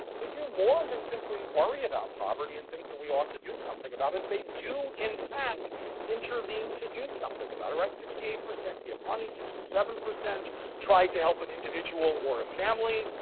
they do more than simply worry about um poverty and think that we ought to do something about it, they do in fact intervene to do something about it, right. sixty eight percent give money, sixty seven percent try to help an individual or a family,